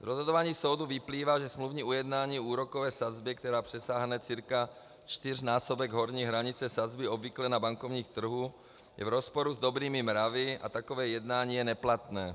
Z rozhodování soudů vyplývá, že smluvní ujednání úrokové sazby, která přesáhne cca čtyřnásobek horní hranice sazby obvyklé na bankovním trhu, je v rozporu s dobrými mravy a takové jednání je neplatné.